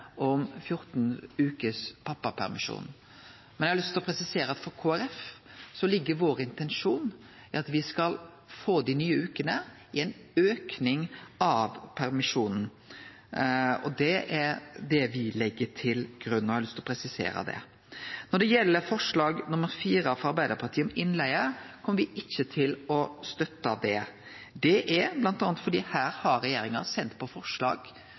om 14 veker pappapermisjon. Men eg har lyst til å presisere at for Kristeleg Folkeparti ligg intensjonen vår i at me skal få dei nye vekene i ein auke av permisjonen. Det er det me legg til grunn, og eg har lyst til å presisere det. Når det gjeld forslag nr. 4, frå Arbeidarpartiet, om innleige, kjem me ikkje til å støtte det. Det er bl.a. fordi regjeringa har sendt på høyring eit forslag